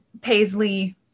Paisley